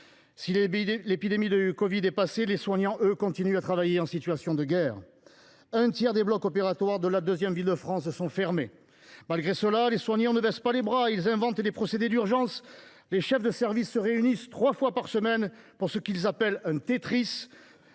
Si l’épidémie de covid est passée, les soignants continuent à travailler en situation de guerre : un tiers des blocs opératoires de la deuxième ville de France sont fermés. Malgré cela, ils ne baissent pas les bras et inventent des procédés d’urgence : les chefs de service se réunissent trois fois par semaine pour ce qu’ils appellent un Tetris,